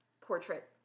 portrait